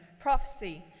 Prophecy